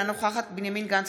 אינה נוכחת בנימין גנץ,